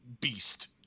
beast